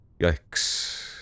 Yikes